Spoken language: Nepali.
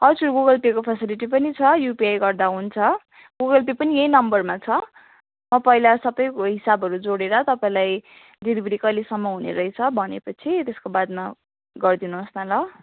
हजुर गुगल पेको फेसिलिटी पनि छ युपिआई गर्दा हुन्छ गुगल पे पनि यही नम्बरमा छ म पहिला सबैको हिसाबहरू जोडेर तपाईँलाई डेलिभरी कहिलेसम्म हुनेरहेछ भनेपछि त्यसको बादमा गरिदिनुहोस् न ल